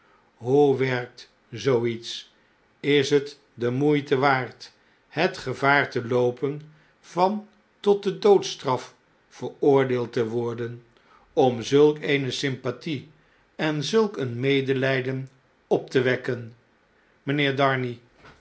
hoe werkt zoo iets is het de moeite waard het gevaar te loopen van tot de doodstraf veroordeeld te worden om zulk eene sympathie en zulk een medeljjden op te wekken mpheer darnay